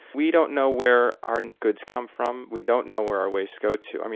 we don't know where our goods come from, we don't know where our wastes go to. i mean,